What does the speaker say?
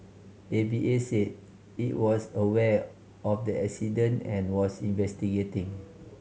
A V A said it was aware of the incident and was investigating